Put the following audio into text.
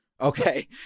okay